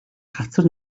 хацар